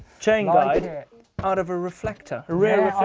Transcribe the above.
chain guide out of a reflector, a